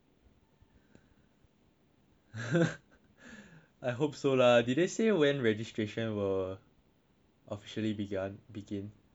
I hope so lah did they say when registration will officially began begin